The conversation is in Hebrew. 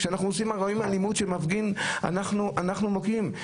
כשאנחנו רואים מעשי אלימות של מפגין אנחנו מוקיעים.